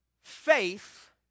faith